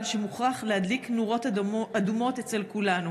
שמוכרח להדליק נורות אדומות אצל כולנו: